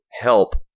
help